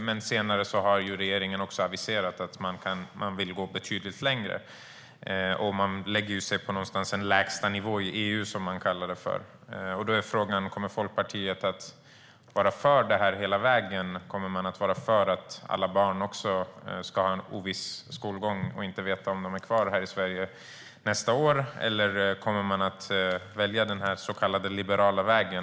Men senare har regeringen aviserat att man vill gå betydligt längre. Och man lägger sig på någon sorts lägstanivå i EU, som man kallar det. Kommer Folkpartiet att vara för det här hela vägen, Christer Nylander? Kommer ni att vara för att också barnen ska ha en oviss skolgång och inte ska veta om de kommer att vara kvar i Sverige nästa år? Eller kommer Folkpartiet att välja den så kallade liberala vägen?